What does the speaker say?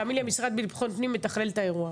תאמין לי, המשרד לביטחון פנים מתכלל את האירוע.